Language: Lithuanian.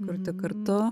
kurti kartu